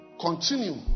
continue